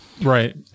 Right